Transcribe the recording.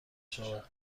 شود